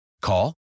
Call